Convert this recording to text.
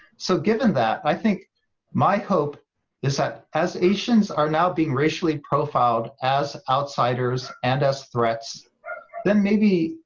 so given that i think my hope is that as asians are now being racially profiled as outsiders and as threats then maybe,